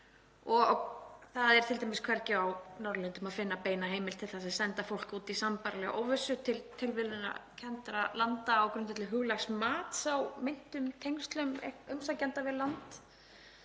Það er t.d. hvergi á Norðurlöndum að finna beina heimild til að senda fólk út í sambærilega óvissu til tilviljunarkenndra landa á grundvelli huglægs mats á meintum tengslum umsækjenda við land